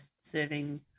serving